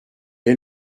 est